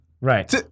Right